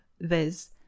viz